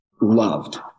loved